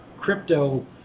crypto